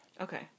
Okay